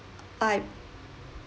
I